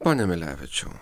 pone milevičiau